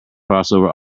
crossover